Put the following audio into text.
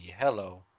Hello